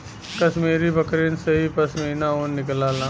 कश्मीरी बकरिन से ही पश्मीना ऊन निकलला